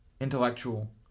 intellectual